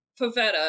Pavetta